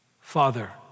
father